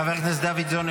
חבר הכנסת דוידסון,